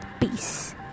peace